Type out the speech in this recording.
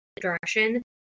direction